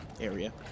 area